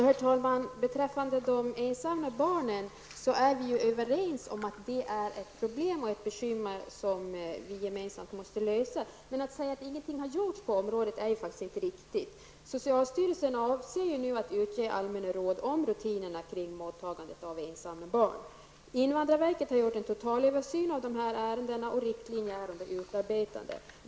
Herr talman! Beträffande de ensamma barnen är vi överens om att det är ett problem och ett bekymmer som vi gemensamt måste lösa. Men det är inte riktigt att ingenting har gjorts på området. Invandrarverket har gjort en totalöversyn av dessa ärenden, och riktlinjer är under utarbetande.